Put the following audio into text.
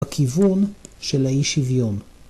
‫הכיוון של האי שוויון.